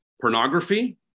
pornography